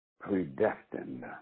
Predestined